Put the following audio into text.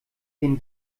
den